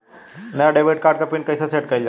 नया debit card क PIN कईसे सेट कईल जाला?